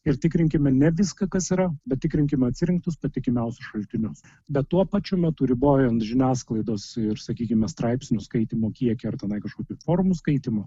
ir tikrinkime ne viską kas yra bet tikrinkime atsirinktus patikimiausius šaltinius bet tuo pačiu metu ribojant žiniasklaidos ir sakykime straipsnių skaitymo kiekį ar tenai kažkokių forumų skaitymą